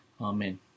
Amen